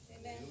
Amen